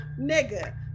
nigga